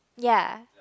ya